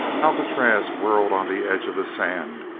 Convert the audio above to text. alcatraz whirled on the edge of the sand,